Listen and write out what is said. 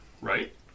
right